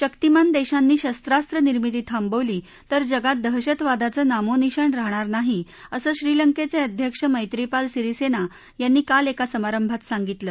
शक्तिमान देशांनी शस्त्रास्त्र निर्मिती थांबवली तर जगात दहशतवादाचं नामोनिशाण राहणार नाही असं श्रीलंकेचे अध्यक्ष मैत्रीपाल सिरीसेना यांनी काल एका समारंभात सांगितलं